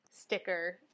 sticker